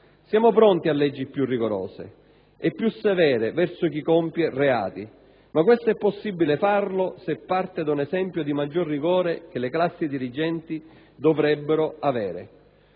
Siamo pronti a leggi più rigorose e più severe verso chi compie reati, ma questo è possibile farlo se parte da un esempio di maggior rigore che le classi dirigenti dovrebbero avere.